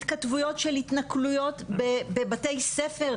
התכתבויות של התנכלויות בבתי ספר,